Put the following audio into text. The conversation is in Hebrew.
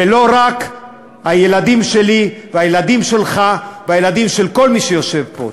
ולא רק הילדים שלי והילדים שלך והילדים של כל מי שיושב פה.